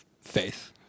faith